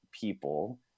people